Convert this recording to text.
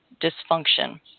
dysfunction